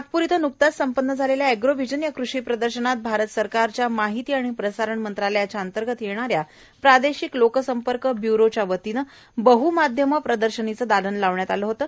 नागपूर इथं नुकत्याचं संपन्न झालेल्या अध्योव्हिजन या कृषी प्रदर्शनात भारत सरकारच्या माहिती आणि प्रसारण मंत्रालयाच्या अंतर्गत येणाऱ्या प्रादेशिक लोकसंपर्क ब्युरो यांच्या वतीनं बह माध्यमं प्रदर्शनीचं दालन लावण्यात आले होते